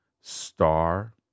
Star